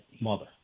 mother